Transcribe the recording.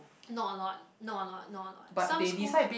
not a lot not a lot not a lot some schools